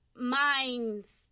minds